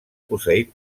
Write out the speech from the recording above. posseït